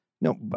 No